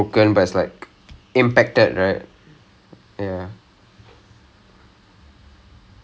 it's not broken it's just been impacted ah that kind of thing so bone bruise நாங்கே ஒருதொங்கே:naanga oruthongae